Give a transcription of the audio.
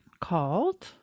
called